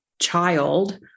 child